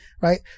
right